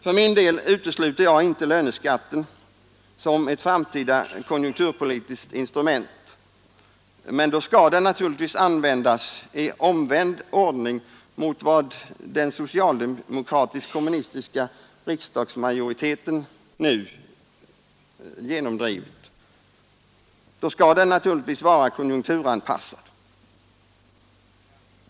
För min del utesluter jag inte löneskatten som ett framtida konjunkturpolitiskt instrument. Men då skall den naturligtvis användas i omvänd ordning mot vad den socialdemokratisk-kommunistiska riksdagsmajoriteten nu genomdrivit. Då skall den givetvis vara konjunkturanpassad.